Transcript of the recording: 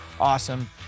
awesome